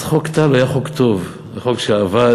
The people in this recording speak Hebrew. אז חוק טל היה חוק טוב, זה חוק שעבד,